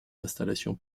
installations